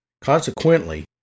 consequently